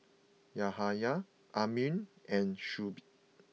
Yahya Amrin and Shuib